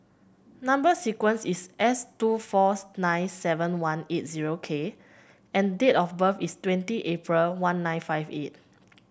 number sequence is S two four nine seven one eight zero K and date of birth is twenty April one nine five eight